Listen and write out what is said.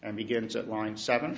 and begins at line seven